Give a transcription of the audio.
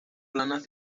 planas